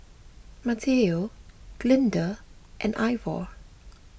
Mateo Glinda and Ivor